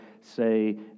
say